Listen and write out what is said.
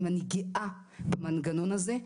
אני גאה במנגנון הזה,